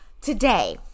today